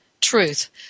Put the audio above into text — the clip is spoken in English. truth